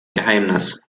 geheimnis